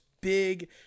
big